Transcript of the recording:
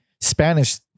Spanish